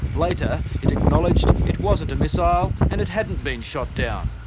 later it acknowledged it wasn't a missile and it hadn't been shot down.